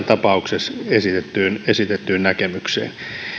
tapauksessa esitettyyn esitettyyn näkemykseen